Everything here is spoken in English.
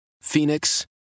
Phoenix